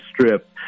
Strip